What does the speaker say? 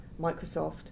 Microsoft